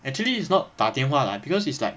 actually it's not 打电话 lah because it's like